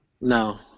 No